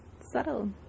subtle